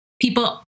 people